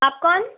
आप कौन